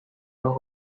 los